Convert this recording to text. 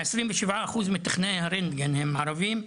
כ-27% מתוך טכנאי הרנטגן הם ערבים,